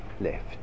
left